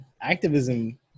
activism